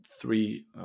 three